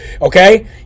Okay